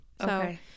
Okay